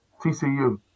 TCU